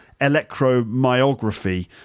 electromyography